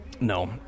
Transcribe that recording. No